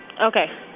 Okay